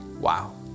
Wow